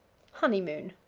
honeymoon.